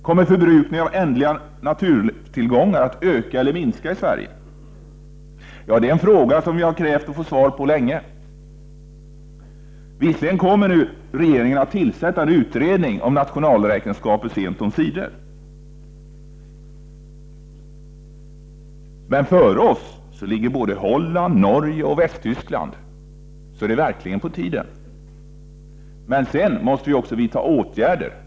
Kommer förbrukningen av ändliga naturtillgångar att öka eller minska i Sverige? Det är en fråga som vi länge har krävt att få svar på. Visserligen kommer regeringen sent omsider att tillsätta en utredning om nationalrealräkenskaper. Men före oss ligger Holland, Norge och Västtyskland, så det är verkli gen på tiden. Men sedan måste vi också vidta åtgärder.